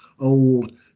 old